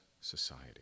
society